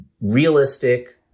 realistic